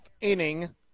inning